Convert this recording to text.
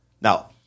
Now